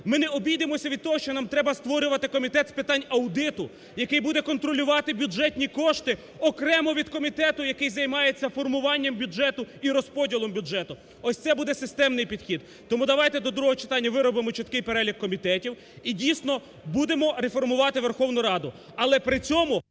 Ми не обійдемось від того, що нам треба створювати комітет з питань аудиту, який буде контролювати бюджетні кошти окремо від комітету, який займається формуванням бюджету і розподілом бюджету. Ось це буде системний підхід. Тому давайте до другого читання виробимо чіткий перелік комітетів і дійсно будемо реформувати Верховну Раду. Але при цьому…